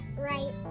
right